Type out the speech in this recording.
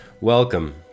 Welcome